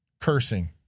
cursing